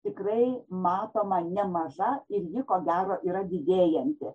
tikrai matoma nemaža ir ji ko gero yra didėjanti